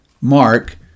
Mark